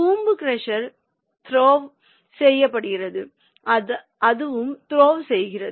கூம்பு crusher throw செய்கிறது அதுவும் த்ரோவ் செய்கிறது